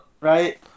Right